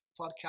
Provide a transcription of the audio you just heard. podcast